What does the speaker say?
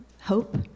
hope